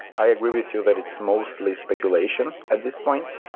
i agree with you that it's mostly speculation at this point,